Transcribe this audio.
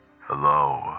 Hello